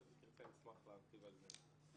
ואם תרצה נשמח להרחיב על זה.